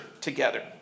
together